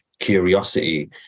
curiosity